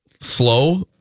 slow